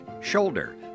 shoulder